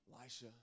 Elisha